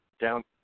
down